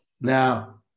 Now